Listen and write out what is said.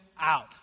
out